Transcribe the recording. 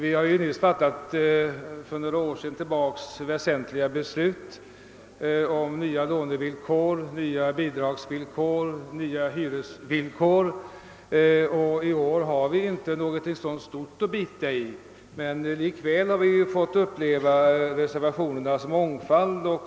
Vi har nu under några år fattat väsentliga beslut om nya lånevillkor, nya bidragsvillkor och nya hyresvillkor. I år har vi inte något sådant stort förslag att bita i. Men likväl har vi fått uppleva reservationernas mångfald.